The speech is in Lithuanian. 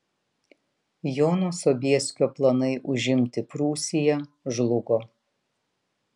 jono sobieskio planai užimti prūsiją žlugo